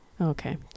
Okay